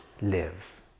live